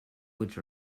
which